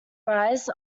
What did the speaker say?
rise